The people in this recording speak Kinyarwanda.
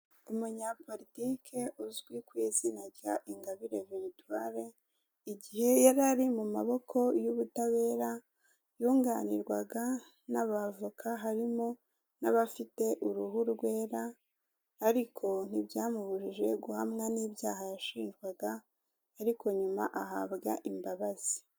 Umunyapolitike uzwi ku izina rya Ingabire Victoire, igihe yari ari mu maboko y'ubutabera yunganirwaga n'abavoka harimo n'abafite uruhu rwera, ariko ntibyamubujije guhamwa n'ibyaha yashinjwaga, ariko nyuma ahabwa imbabazi.